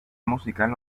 musical